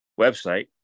website